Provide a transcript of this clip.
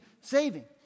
saving